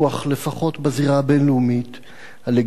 לפחות בזירה הבין-לאומית הלגיטימית,